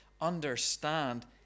understand